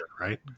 Right